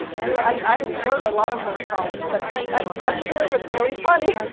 i wrote a lot of those columns. but i'm i'm sure it was really funny.